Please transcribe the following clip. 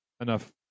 enough